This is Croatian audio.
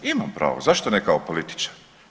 Ima pravo zašto ne kao političar.